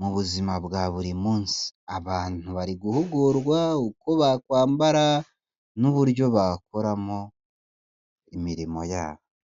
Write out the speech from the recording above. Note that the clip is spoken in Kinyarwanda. mu buzima bwa buri munsi, abantu bari guhugurwa uko bakwambara n'uburyo bakoramo imirimo yabo.